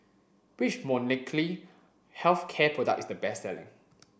which Molnylcke health care product is the best selling